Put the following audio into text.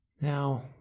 Now